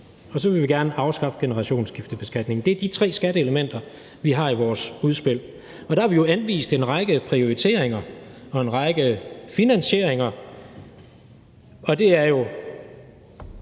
og så vil vi gerne afskaffe generationsskiftebeskatningen. Det er de tre skatteelementer, vi har i vores udspil, og der har vi jo anvist en række prioriteringer og en række finansieringer. Det er jo